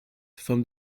from